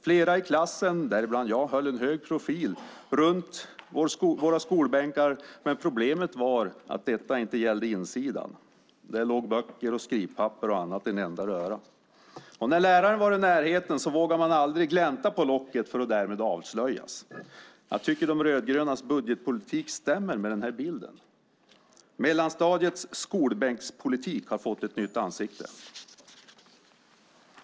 Flera i klassen, däribland jag, höll en hög profil runt våra skolbänkar, men problemet var att detta inte gällde insidan. Där låg böcker, skrivpapper och annat i en enda röra. När läraren var i närheten vågade man aldrig glänta på locket för att därmed avslöjas. Jag tycker att De rödgrönas budgetpolitik stämmer med den här bilden. Mellanstadiets skolbänkspolitik har fått ett nytt ansikte.